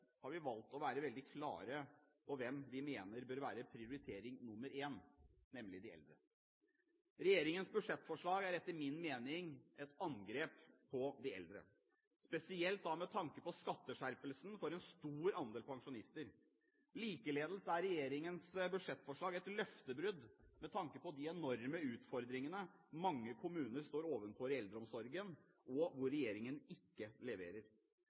har vi valgt å være veldig klare på hvem vi mener bør være prioritering nr. 1, nemlig de eldre. Regjeringens budsjettforslag er etter min mening et angrep på de eldre, spesielt med tanke på skatteskjerpelsen for en stor andel pensjonister. Likeledes er regjeringens budsjettforslag et løftebrudd med tanke på de enorme utfordringene mange kommuner står overfor i eldreomsorgen – og hvor regjeringen ikke leverer.